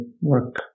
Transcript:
work